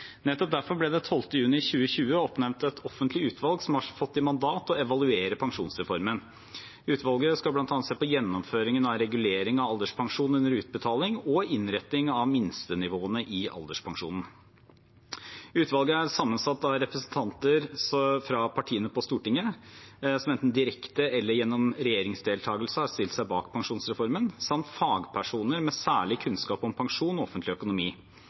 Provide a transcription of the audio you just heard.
Nettopp derfor ble det 12. juni 2020 oppnevnt et offentlig utvalg som har fått i mandat å evaluere pensjonsreformen. Utvalget skal bl.a. se på gjennomføringen av regulering av alderspensjon under utbetaling og innretning av minstenivåene i alderspensjonen. Utvalget er sammensatt av representanter fra partiene på Stortinget, som enten direkte eller gjennom regjeringsdeltakelse har stilt seg bak pensjonsreformen, samt fagpersoner med særlig kunnskap om pensjon og offentlig økonomi.